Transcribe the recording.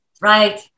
Right